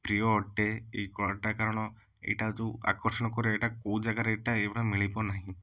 ପ୍ରିୟ ଅଟେ ଏ କଳାଟା କାରଣ ଏଇଟା ଯେଉଁ ଆକର୍ଷଣ କରେ ଏଇଟା କାରଣ କେଉଁ ଜାଗାରେ ଏଇଟା ମିଳିବ ନାହିଁ